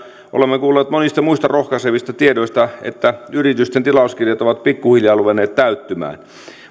ja olemme kuulleet monista muista rohkaisevista tiedoista että yritysten tilauskirjat ovat pikkuhiljaa ruvenneet täyttymään